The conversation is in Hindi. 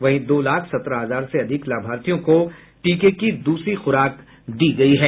वहीं दो लाख सत्रह हजार से अधिक लाभार्थियों को टीके की द्रसरी खुराक दी गयी है